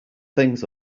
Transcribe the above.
things